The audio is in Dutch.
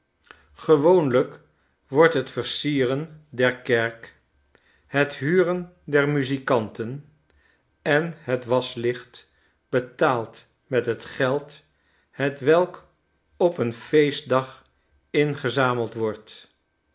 gewoonlijk wordt het versieren der kerk het huren der muzikanten en het waslicht betaald met het geld hetwelk op een feestdag ingezameld wordt